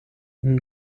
ihn